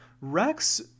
Rex